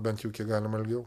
bent jau kiek galima ilgiau